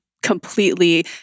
completely